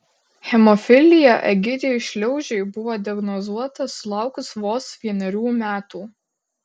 hemofilija egidijui šliaužiui buvo diagnozuota sulaukus vos vienerių metų